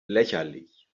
lächerlich